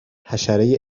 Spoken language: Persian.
حشره